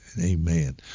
amen